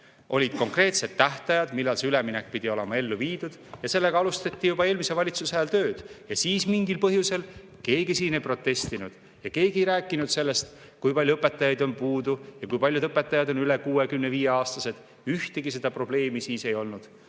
Olid konkreetsed tähtajad, millal see üleminek pidi olema ellu viidud, ja sellega alustati juba eelmise valitsuse ajal tööd. Siis mingil põhjusel keegi siin ei protestinud ja keegi ei rääkinud sellest, kui palju õpetajaid on puudu ja kui paljud õpetajad on üle 65‑aastased. Ühtegi seda probleemi siis ei olnud,